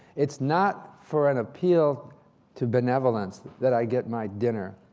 it's not for an appeal to benevolence that i get my dinner,